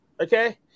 Okay